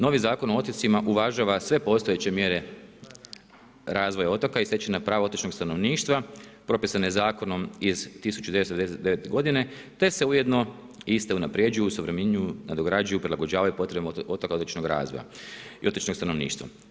Novi Zakon o otocima uvažava sve postojeće mjere razvoja otoka i stečena prava otočnog stanovništva, propisane zakonom iz 1999. godine te se ujedno iste unapređuju, osuvremenjuju, nadograđuju, prilagođavaju potrebama otoka i otočnog razvoja, otočnog stanovništva.